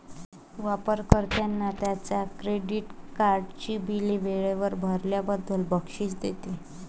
वापर कर्त्यांना त्यांच्या क्रेडिट कार्डची बिले वेळेवर भरल्याबद्दल बक्षीस देते